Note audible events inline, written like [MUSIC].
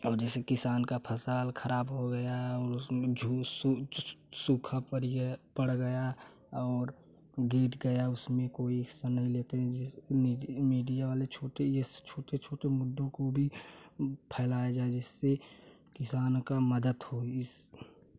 अब जैसे किसान का फसल ख़राब हो गया है और उसमें [UNINTELLIGIBLE] सूखा पड़ी गया पड़ गया और गीट गया उसमें कोई सनक लेते हैं जैसे मीडिया वाले छोटे ये छोटे छोटे मुद्दों को भी फैलाए जाए जिससे किसान का मदद हो इस